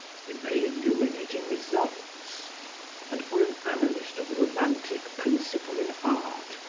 with very illuminating results and for an analyst of the romantic principle in art,